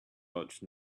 arch